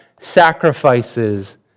sacrifices